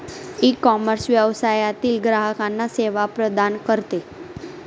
ecommerce व्यवसायातील ग्राहकांना सेवा प्रदान करते